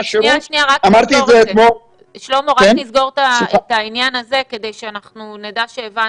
אני רוצה לסגור את העניין הזה כדי שנדע שהבנו,